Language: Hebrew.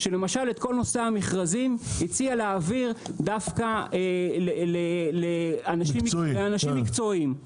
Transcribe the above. שלמשל את כל נושא המכרזים הציע להעביר דווקא לאנשים מקצועיים,